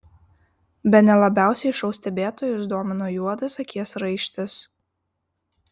bene labiausiai šou stebėtojus domino juodas akies raištis